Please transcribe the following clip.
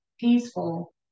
peaceful